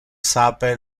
sape